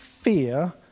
fear